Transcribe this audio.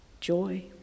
joy